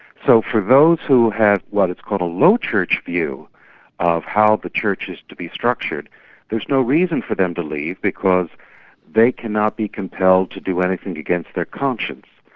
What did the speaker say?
so for those who have what is called a low church view of how the church is to be structured there's no reason for them to leave because they cannot be compelled to do anything against their conscience.